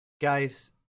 guys